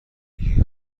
یکی